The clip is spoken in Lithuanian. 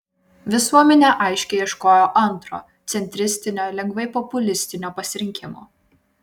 visuomenė aiškiai ieškojo antro centristinio lengvai populistinio pasirinkimo